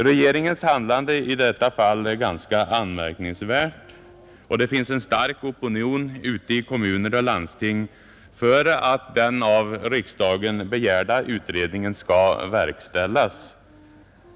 Regeringens handlande i detta fall är ganska anmärkningsvärt och det finns en stark opinion ute i kommuner och landsting för att den av riksdagen begärda utredningen skall verkställas.